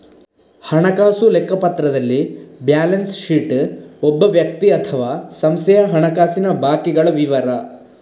ಹಣಕಾಸು ಲೆಕ್ಕಪತ್ರದಲ್ಲಿ balance sheet ಒಬ್ಬ ವ್ಯಕ್ತಿ ಅಥವಾ ಸಂಸ್ಥೆಯ ಹಣಕಾಸಿನ ಬಾಕಿಗಳ ವಿವರ